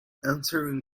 answering